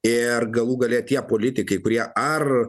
ir galų gale tie politikai kurie ar